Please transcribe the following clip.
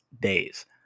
days